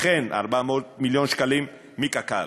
אכן 400 מיליון שקלים מקק"ל,